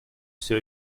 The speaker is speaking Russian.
все